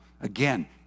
again